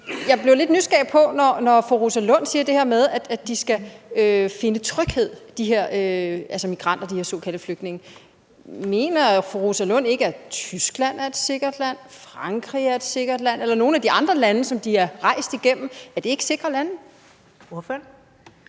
Jeg blev lidt nysgerrig efter noget. Når fru Rosa Lund siger det her med, at de her migranter eller de såkaldte flygtninge skal finde tryghed, mener fru Rosa Lund så ikke, at Tyskland er et sikkert land, Frankrig er et sikkert land eller nogle af de andre lande, som de er rejst igennem, er sikre lande? Kl.